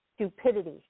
stupidity